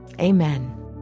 Amen